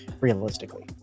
Realistically